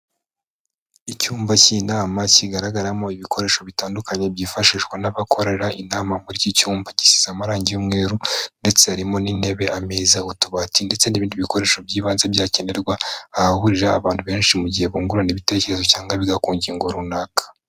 Icyumba cy'inama kigaragaramo ibikoresho bitandukanye byifashishwa n'abakorera inama muri iki cyumba, gisiza amarangi y'umweru ndetse harimo n'intebe, ameza, utubati ndetse n'ibindi bikoresho by'ibanze byakenerwa ahahurira abantu benshi mu gihe bungurana ibitekerezo cyangwa biga ku ngingo runaka.